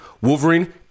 Wolverine